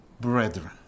brethren